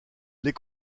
les